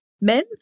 men